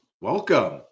Welcome